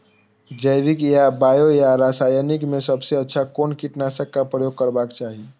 जैविक या बायो या रासायनिक में सबसँ अच्छा कोन कीटनाशक क प्रयोग करबाक चाही?